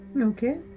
Okay